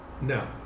No